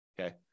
Okay